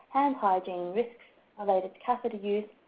hand hygiene, risks related to catheter use,